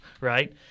right